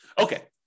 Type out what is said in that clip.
Okay